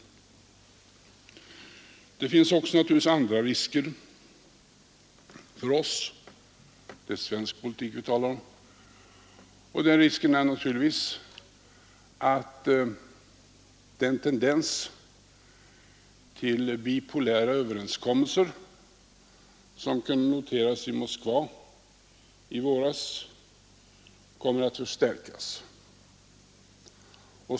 Naturligtvis finns också andra risker för oss — det är svensk politik vi talar om — och en av dessa risker är att den tendens till bipolära överenskommelser som kunde noteras i Moskva i våras kommer att förstärkas.